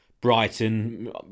Brighton